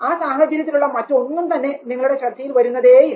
ആ സാഹചര്യത്തിലുള്ള മറ്റൊന്നും തന്നെ നിങ്ങളുടെ ശ്രദ്ധയിൽ വരുന്നതേയില്ല